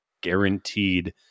guaranteed